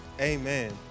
amen